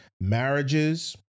Marriages